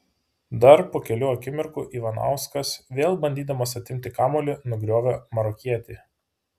dar po kelių akimirkų ivanauskas vėl bandydamas atimti kamuolį nugriovė marokietį